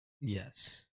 Yes